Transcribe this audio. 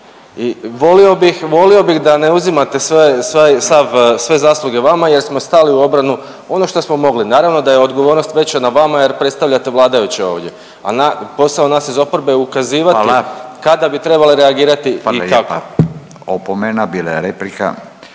volio bih da ne uzimate sve, sve, sav, sve zasluge vama jer smo stali u obranu ono što smo mogli. Naravno da je odgovornost veća na vama jer predstavljate vladajuće ovdje, a posao nas iz oporbe je ukazivati…/Upadica Radin: Hvala/…kada bi trebali